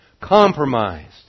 compromised